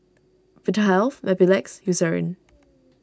Vitahealth Mepilex Eucerin